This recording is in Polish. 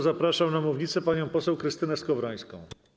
Zapraszam na mównicę panią poseł Krystynę Skowrońską.